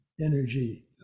energy